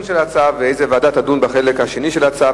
של ההצעה ואיזו ועדה תדון בחלק השני של ההצעה.